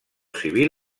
civil